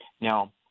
Now